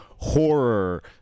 horror